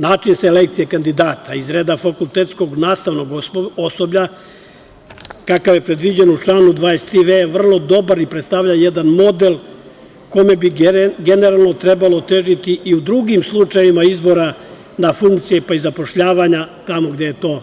Način selekcije kandidata iz reda fakultetsko-nastavnog osoblja, kakav je predviđen u članu 23v. vrlo dobar i predstavlja jedan model kome bi generalno trebalo težiti i u drugim slučajevima izbora na funkcije pa i zapošljavanja tamo gde je to